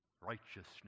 Righteousness